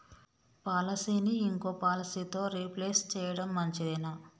పాలసీని ఇంకో పాలసీతో రీప్లేస్ చేయడం మంచిదేనా?